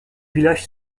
village